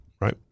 Right